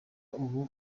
ubu